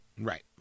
Right